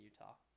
Utah